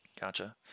Gotcha